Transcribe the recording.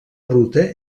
ruta